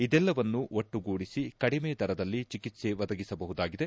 ಇದೆಲ್ಲವನ್ನು ಒಟ್ಟಗೂಡಿಸಿ ಕಡಿಮೆ ದರದಲ್ಲಿ ಚಿಕಿತ್ಲ ಒದಗಿಸಬಹುದಾಗಿದೆ